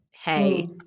hey